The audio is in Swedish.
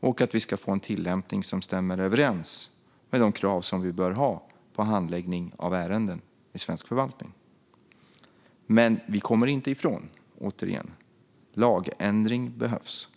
och för att vi ska få en tillämpning som stämmer överens med de krav som vi bör ha på handläggning av ärenden i svensk förvaltning. Men återigen: Vi kommer inte ifrån att lagändring behövs.